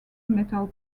metal